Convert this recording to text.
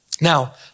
Now